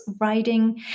writing